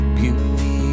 Beauty